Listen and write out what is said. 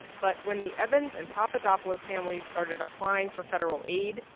but when the evans and papadopoulos families started applying for federal aid,